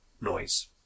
noise